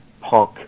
punk